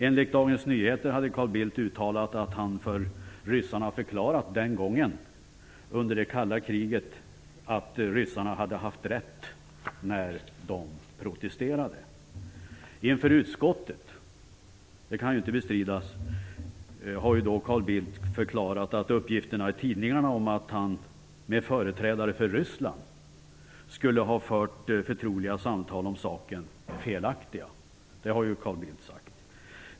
Enligt Dagens Nyheter hade Carl Bildt uttalat att han för ryssarna förklarat att de hade haft rätt den gången under det kalla kriget när de protesterade. Inför utskottet, det kan inte bestridas, har Carl Bildt förklarat att tidningsuppgifterna om att han med företrädare för Ryssland skulle ha fört förtroliga samtal om saken är felaktiga.